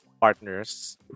partners